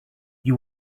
you